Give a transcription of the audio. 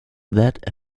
that